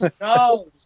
No